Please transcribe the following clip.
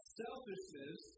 selfishness